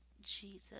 Jesus